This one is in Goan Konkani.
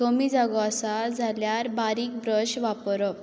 कमी जागो आसा जाल्यार बारीक ब्रश वापरप